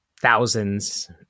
thousands